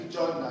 John